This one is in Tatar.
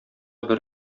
бер